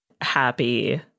happy